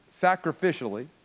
sacrificially